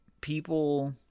people